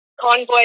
Convoy